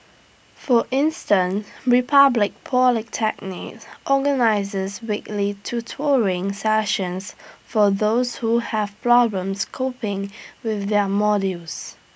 for instance republic polytechnic organises weekly tutoring sessions for those who have problems coping with their modules